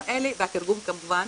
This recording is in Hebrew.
והתרגום כמובן,